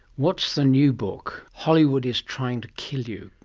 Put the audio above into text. what's the new book, hollywood is trying to kill you?